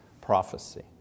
prophecy